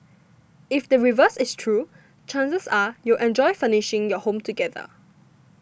if the reverse is true chances are you'll enjoy furnishing your home together